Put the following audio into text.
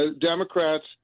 Democrats—